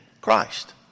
Christ